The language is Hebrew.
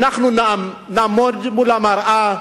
שנעמוד מול המראה,